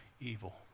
evil